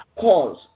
cause